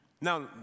Now